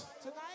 Tonight